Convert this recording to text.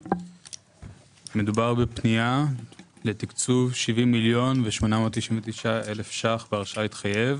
מדובר בפנייה לתקצוב 70,899,000 ₪ בהרשאה להתחייב